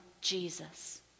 Jesus